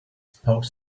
spoke